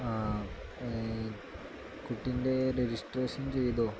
ആ ഈ കുട്ടീൻ്റെ രജിസ്ട്രേഷൻ ചെയ്തോ